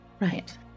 right